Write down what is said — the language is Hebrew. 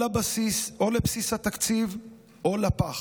או לבסיס התקציב או לפח.